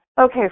Okay